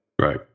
Right